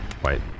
White